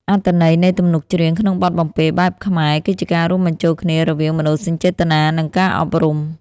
អត្ថន័យនៃទំនុកច្រៀងក្នុងបទបំពេបែបខ្មែរ គឺជាការរួមបញ្ចូលគ្នារវាងមនោសញ្ចេតនា និងការអប់រំ។